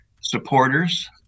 supporters